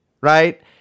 Right